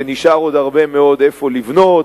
ונשאר עוד הרבה מאוד איפה לבנות,